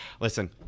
Listen